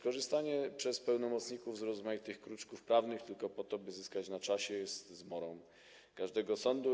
Korzystanie przez pełnomocników z rozmaitych kruczków prawnych tylko po to, by zyskać na czasie, jest zmorą każdego sądu.